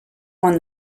won